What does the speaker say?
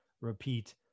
repeat